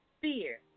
fear